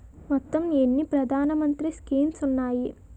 మొత్తం ఎన్ని ప్రధాన మంత్రి స్కీమ్స్ ఉన్నాయి?